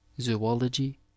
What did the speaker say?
zoology